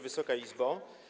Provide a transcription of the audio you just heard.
Wysoka Izbo!